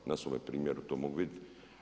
Na svome primjeru to mogu vidjeti.